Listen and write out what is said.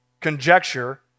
conjecture